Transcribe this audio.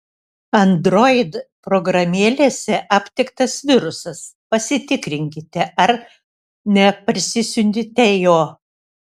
android programėlėse aptiktas virusas pasitikrinkite ar neparsisiuntėte jo